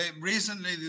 Recently